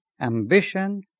ambition